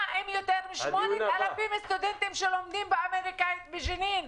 מה עם 8,000 סטודנטים שלומדים בג'נין,